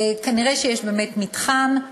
כנראה יש באמת מתחם,